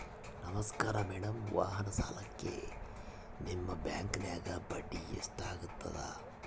ನಮಸ್ಕಾರ ಮೇಡಂ ವಾಹನ ಸಾಲಕ್ಕೆ ನಿಮ್ಮ ಬ್ಯಾಂಕಿನ್ಯಾಗ ಬಡ್ಡಿ ಎಷ್ಟು ಆಗ್ತದ?